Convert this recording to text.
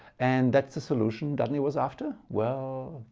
and that's the solution dudeney was after? well,